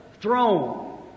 throne